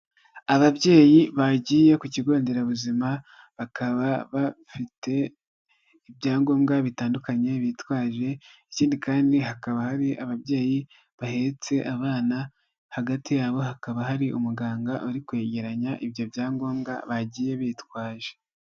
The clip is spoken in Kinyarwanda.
Ababyeyi bagiye ku kigo nderabuzima bakaba bafite ibyangombwa bitandukanye bitwaje ikindi kandi hakaba hari ababyeyi bahetse abana, hagati yabo hakaba hari umuganga uri kwegeranya ibyo byangombwa bagiye bitwaje.